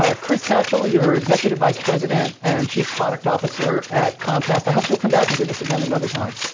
ah chris satchell, you're executive vice president and chief product officer at comcast. i hope you'll come back and do this again another time.